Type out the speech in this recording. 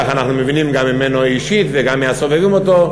כך אנחנו מבינים ממנו אישית וגם מהסובבים אותו,